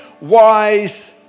wise